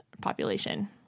population